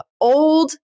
old